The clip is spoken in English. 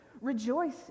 rejoice